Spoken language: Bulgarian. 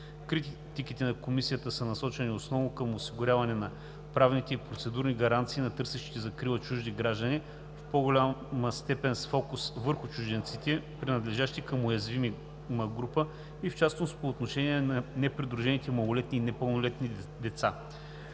Критиките на Комисията са насочени основно към осигуряване на правните и процедурни гаранции на търсещите закрила чужди граждани в по-голяма степен с фокус върху чужденците, принадлежащи към уязвима група, и в частност по отношение на непридружените малолетни и непълнолетни деца.